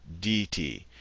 dt